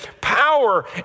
power